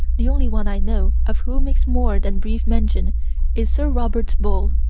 the only one i know of who makes more than brief mention is sir robert ball.